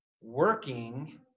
working